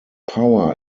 power